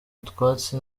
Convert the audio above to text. utwatsi